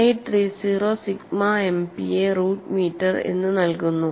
1830 sigma MPa root metre എന്ന് നൽകുന്നു